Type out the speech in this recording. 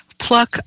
pluck